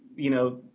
you know,